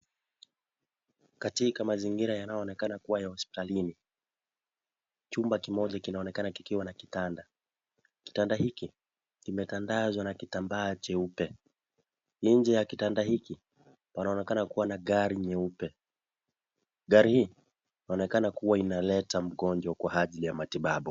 Katika mazingira yanayonekana kuwa ya hospitalini, chumba kimoja kinaonekana kikiwa na kitanda. Kitanda hiki kimetandazwa na kitambaa cheupe. Njee ya kitanda hiki panaonekana kuwa na gari nyeupe. Gari hii inaonekana kuwa inaleta mgonjwa kwa ajiri ya matibabu.